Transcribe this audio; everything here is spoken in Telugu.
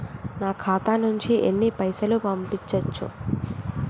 నా ఖాతా నుంచి ఎన్ని పైసలు పంపించచ్చు?